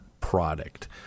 product